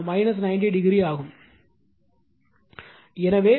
எனவே 90 113